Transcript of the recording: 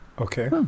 Okay